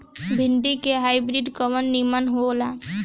भिन्डी के हाइब्रिड कवन नीमन हो ला?